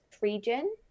region